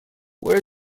where